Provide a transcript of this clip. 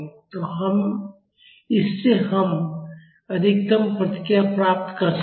तो इससे हम अधिकतम प्रतिक्रिया प्राप्त कर सकते हैं